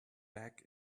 back